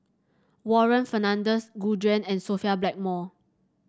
Warren Fernandez Gu Juan and Sophia Blackmore